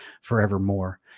forevermore